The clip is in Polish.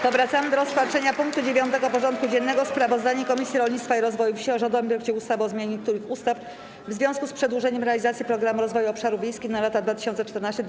Powracamy do rozpatrzenia punktu 9. porządku dziennego: Sprawozdanie Komisji Rolnictwa i Rozwoju Wsi o rządowym projekcie ustawy o zmianie niektórych ustaw w związku z przedłużeniem realizacji Programu Rozwoju Obszarów Wiejskich na lata 2014–2020.